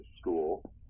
school